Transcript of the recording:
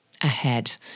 ahead